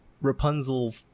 Rapunzel